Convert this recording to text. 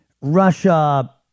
Russia